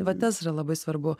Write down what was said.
va tas yra labai svarbu